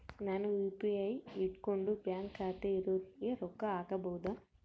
ನಾನು ಯು.ಪಿ.ಐ ಇಟ್ಕೊಂಡು ಬ್ಯಾಂಕ್ ಖಾತೆ ಇರೊರಿಗೆ ರೊಕ್ಕ ಹಾಕಬಹುದಾ?